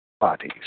bodies